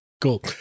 Cool